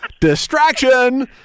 Distraction